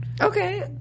Okay